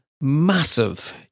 massive